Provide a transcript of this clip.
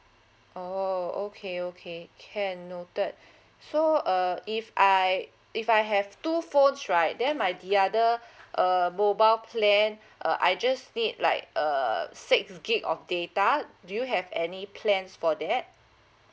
oh okay okay can noted so uh if I if I have two phones right then my the other uh mobile plan uh I just need like err six gig of data do you have any plans for that